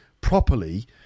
properly